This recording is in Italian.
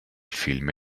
film